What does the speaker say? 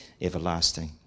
everlasting